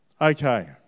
Okay